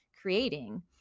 creating